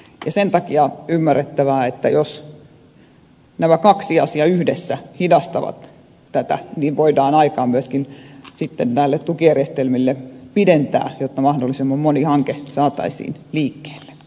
sen takia on ymmärrettävää että jos nämä kaksi asiaa yhdessä hidastavat tätä niin voidaan aikaa myöskin näille tukijärjestelmille pidentää jotta mahdollisimman moni hanke saataisiin liikkeelle